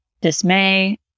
dismay